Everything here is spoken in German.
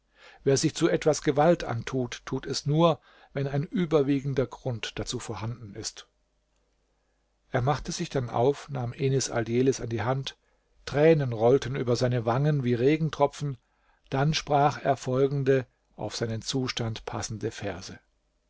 wer sich zu etwas gewalt antut tut es nur wenn ein überwiegender grund dazu vorhanden ist er machte sich dann auf nahm enis aldjelis an die hand tränen rollten über seine wangen wie regentropfen dann sprach er folgende auf seinen zustand passende verse